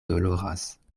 doloras